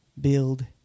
build